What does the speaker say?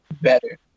better